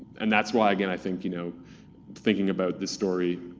and that's why, again, i think you know thinking about the story